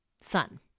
sun